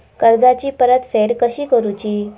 कर्जाची परतफेड कशी करुची?